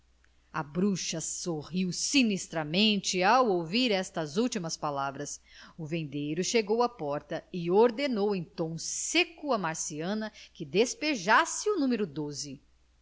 bruxa sorriu sinistramente ao ouvir estas últimas palavras o vendeiro chegou à porta e ordenou em tom seco à marciana que despejasse o número